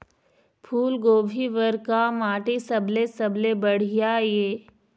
फूलगोभी बर का माटी सबले सबले बढ़िया ये?